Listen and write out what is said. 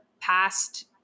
past